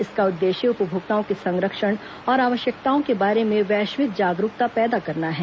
इसका उद्देश्य उपभोक्ताओं के संरक्षण और आवश्यकताओं के बारे में वैश्विक जागरूकता पैदा करना है